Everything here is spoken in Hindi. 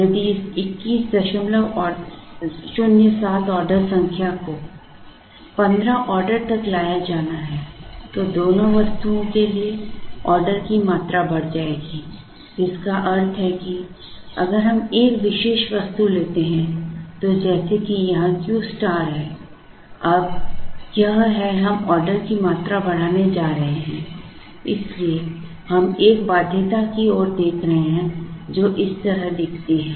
यदि इस 2107 ऑर्डर संख्या को 15 ऑर्डर तक लाया जाना है तो दोनों वस्तुओं के लिए ऑर्डर की मात्रा बढ़ जाएगी जिसका अर्थ है कि अगर हम एक विशेष वस्तु लेते हैं तो जैसे कि यहाँ Q स्टार है अब यह है हम ऑर्डर की मात्रा बढ़ाने जा रहे हैं इसलिए हम एक बाध्यता की ओर देख रहे हैं जो इस तरह दिखती है